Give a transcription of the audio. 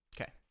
Okay